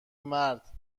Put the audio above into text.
مرد